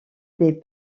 des